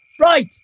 Right